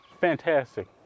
fantastic